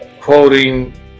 quoting